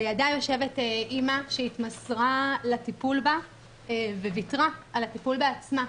לידה יושבת אמא שהתמסרה לטיפול בה וויתרה על הטיפול בעצמה.